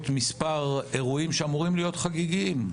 מספר אירועים שאמורים להיות חגיגיים.